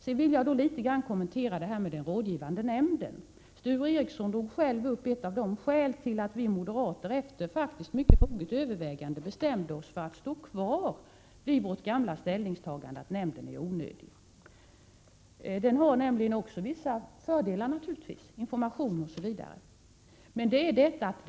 Sedan vill jag kommentera den rådgivande nämnden litet. Sture Ericson drog själv upp ett av skälen till att vi moderater, faktiskt efter mycket moget övervägande, bestämde oss för att stå fast vid vårt gamla ställningstagande att nämnden är onödig. Den har naturligtvis också vissa fördelar, t.ex. den information som lämnas.